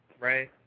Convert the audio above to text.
Right